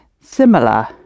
similar